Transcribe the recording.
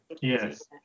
yes